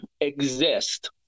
exist